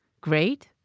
Great